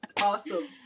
Awesome